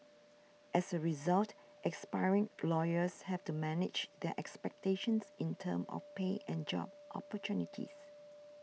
as a result aspiring lawyers have to manage their expectations in terms of pay and job opportunities